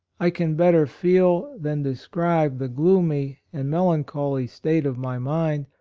i can better feel than describe the gloomy and melancholy state of my mind,